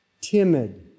timid